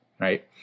right